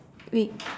we